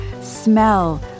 smell